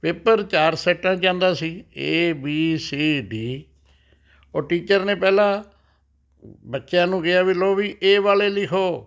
paper ਚਾਰ ਸੈਟਾਂ 'ਚ ਆਉਂਦਾ ਸੀ ਏ ਬੀ ਸੀ ਡੀ ਔਰ ਟੀਚਰ ਨੇ ਪਹਿਲਾਂ ਬੱਚਿਆਂ ਨੂੰ ਕਿਹਾ ਵੀ ਲਉ ਵੀ ਏ ਵਾਲੇ ਲਿਖੋ